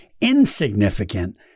insignificant